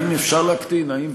האם אפשר להקטין.